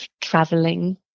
traveling